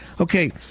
okay